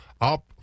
up